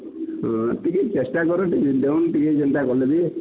ହଁ ଟିକେ ଚେଷ୍ଟା କରୁନ୍ ଟିକେ ଦେଉନ୍ ଟିକେ ଯେନ୍ତା କର୍ଲେ ବି